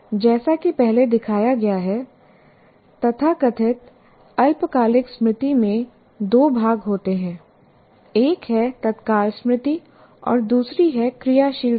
जैसा कि पहले दिखाया गया है तथाकथित अल्पकालिक स्मृति में दो भाग होते हैं एक है तत्काल स्मृति और दूसरी है क्रियाशील स्मृति